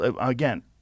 again